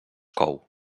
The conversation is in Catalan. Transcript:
cou